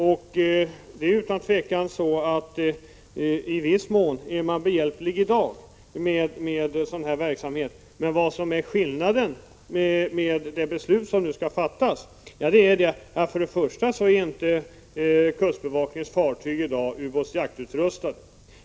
I viss mån är man redan i dag marinen behjälplig med sådan verksamhet, men skillnaden är för det första att kustbevakningens fartyg i dag inte är ubåtsjaktsutrustade.